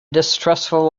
distrustful